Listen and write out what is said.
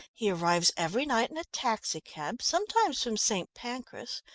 he arrives every night in a taxicab, sometimes from st. pancras,